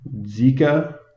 zika